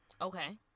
Okay